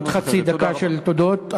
עוד חצי דקה של תודות.